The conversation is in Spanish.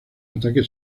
ataque